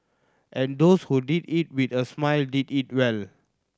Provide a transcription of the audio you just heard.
and those who did it with a smile did it well